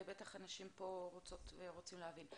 ובטח האנשים פה רוצים להבין.